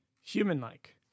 Human-like